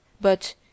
But